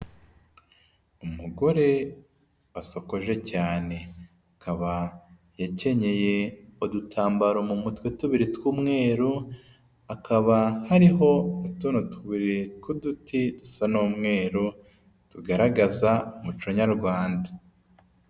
Umugore asokoje cyane. Akaba yakenyeye udutambaro mu mutwe tubiri tw'umweru. hakaba hariho utuntu tubiri tw'uduti dusa n'umweruro tugaragaza umuco nyarwanda.